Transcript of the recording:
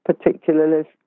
particularly